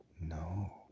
no